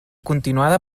continuada